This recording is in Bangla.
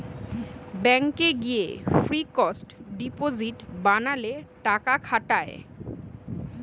ব্যাংকে গিয়ে ফিক্সড ডিপজিট বানালে টাকা খাটায়